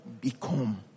become